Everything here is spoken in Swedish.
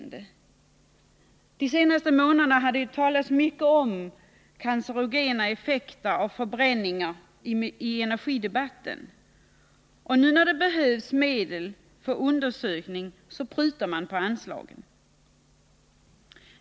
Under de senaste månaderna har det i energidebatten talats mycket om cancerogena effekter av förbränning. Och nu när det behövs medel för undersökning så prutar man på anslagen.